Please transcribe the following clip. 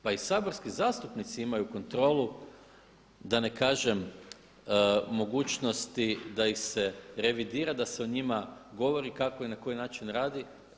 Pa i saborski zastupnici imaju kontrolu da ne kažem mogućnosti da ih se revidira, da se o njima govori kako i na koji način radi.